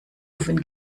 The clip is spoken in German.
offen